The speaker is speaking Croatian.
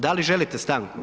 Da li želite stanku?